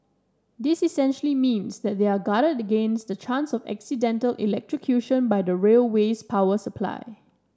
this essentially means they are guarded against the chance of accidental electrocution by the railway's power supply